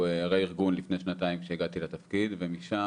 רה ארגון לפני שנתיים כשהגעתי לתפקיד ומשם